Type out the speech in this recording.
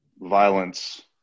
violence